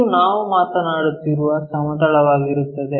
ಇದು ನಾವು ಮಾತನಾಡುತ್ತಿರುವ ಸಮತಲವಾಗಿರುತ್ತದೆ